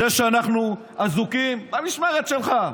זה שאנחנו אזוקים, במשמרת שלך.